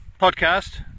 podcast